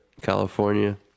California